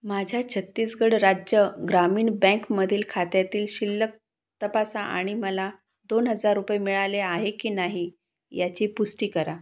माझ्या छत्तीसगड राज्य ग्रामीण बँकमधील खात्यातील शिल्लक तपासा आणि मला दोन हजार रुपये मिळाले आहे की नाही याची पुष्टी करा